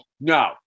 No